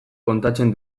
kontatzen